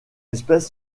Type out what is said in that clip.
espèce